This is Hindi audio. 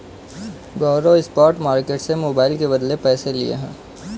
गौरव स्पॉट मार्केट से मोबाइल के बदले पैसे लिए हैं